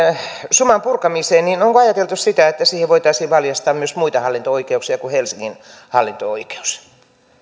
suman purkamiseen sitä että siihen voitaisiin valjastaa myös muita hallinto oikeuksia kuin helsingin hallinto oikeus